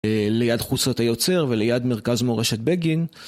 ליד חוצות היוצר וליד מרכז מורשת בגין.